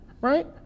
Right